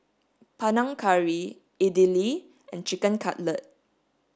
Panang Curry Idili and Chicken Cutlet